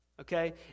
Okay